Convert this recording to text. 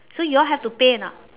so you all have to pay or not